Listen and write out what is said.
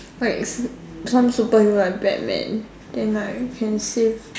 like s~ some superhero like Batman then like can save